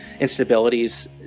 instabilities